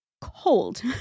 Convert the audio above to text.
cold